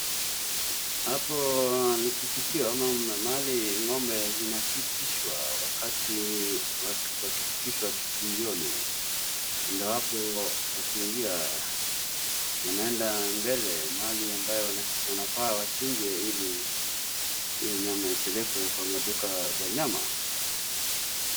Hapo ni kipitio ama mahali ng'ombe zinapitishwa. Wakati wakifikishwa kichinjioni, ndio hapo wakiingia, wanaenda mbele mahali ambayo wanafaa wachinjwe ili hio nyama ipelekwe kwa maduka za nyama.